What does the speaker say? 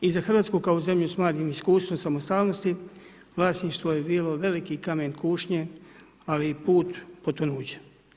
I za Hrvatsku kao zemlju s mladim iskustvom, samostalnosti, vlasništvo je bilo veliki kamen kušnje, ali i put, potonuće.